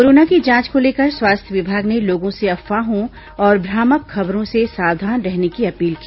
corona की जांच को लेकर स्वास्थ्य विभाग ने लोगों से अफवाहों और भ्रामक खबरों से सावधान रहने की अपील की